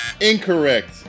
incorrect